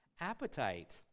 Appetite